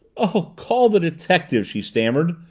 oh, call the detective! she stammered,